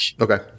Okay